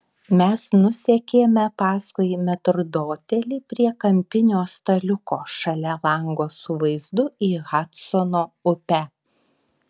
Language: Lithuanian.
mes nusekėme paskui metrdotelį prie kampinio staliuko šalia lango su vaizdu į hadsono upę